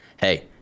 hey